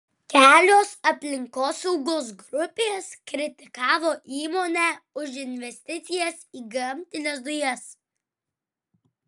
kelios aplinkosaugos grupės kritikavo įmonę už investicijas į gamtines dujas